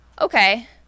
okay